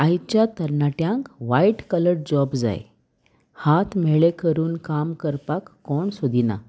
आयच्या तरणाट्यांक वायट कलर जॉब जाय हात म्हेळें करून काम करपाक कोण सोदिना